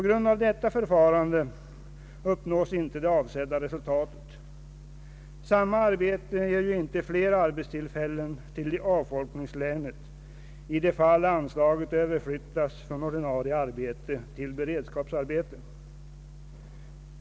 Med detta förfarande uppnås inte det avsedda resultatet. Samma arbete ger ju icke fler arbetstillfällen i avfolkningslänen om anslaget överflyttas från ordinarie arbete till beredskapsarbete.